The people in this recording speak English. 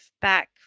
back